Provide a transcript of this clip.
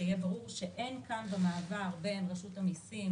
שיהיה ברור שאין כאן במעבר בין רשות המיסים